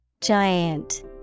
Giant